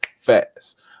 fast